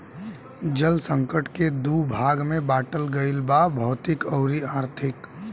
जल संकट के दू भाग में बाटल गईल बा भौतिक अउरी आर्थिक